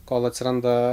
kol atsiranda